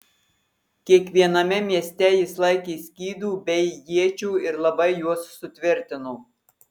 kiekviename mieste jis laikė skydų bei iečių ir labai juos sutvirtino